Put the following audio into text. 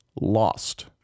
lost